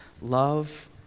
love